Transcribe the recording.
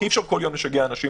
כי אי אפשר כל יום לשגע אנשים.